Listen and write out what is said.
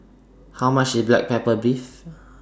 How much IS Black Pepper Beef